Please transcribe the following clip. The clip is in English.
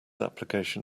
application